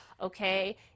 Okay